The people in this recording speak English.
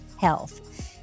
health